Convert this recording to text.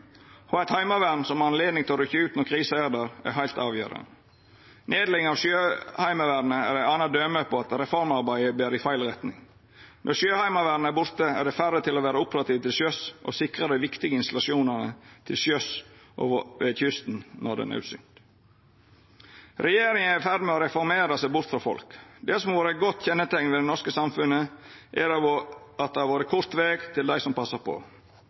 ha eit heimevern som har anledning til å rykkja ut når krisa er der, er heilt avgjerande. Nedlegginga av Sjøheimevernet er eit anna døme på at reformarbeidet ber i feil retning. Når Sjøheimevernet er borte, er det færre til å vera operative til sjøs og sikra dei viktige installasjonane til sjøs og ved kysten når det er naudsynt. Regjeringa er i ferd med å reformera seg bort frå folk. Det som har vore eit godt kjenneteikn ved det norske samfunnet, er at det har vore kort veg til dei som passar på.